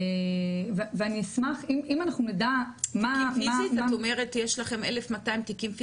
כי פיזית את אומרת יש לכם 1200 תיקים?